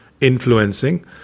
influencing